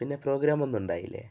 പിന്നെ പ്രോഗ്രാമൊന്നും ഉണ്ടായില്ലേ